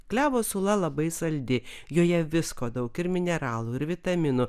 klevo sula labai saldi joje visko daug ir mineralų ir vitaminų